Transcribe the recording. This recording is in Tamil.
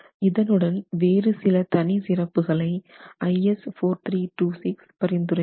இதன் உடன் வேறு சில தனி சிறப்புகளை IS 4326 பரிந்துரைக்கிறது